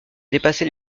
dépassé